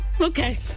Okay